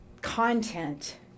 content